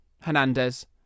Hernandez